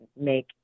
make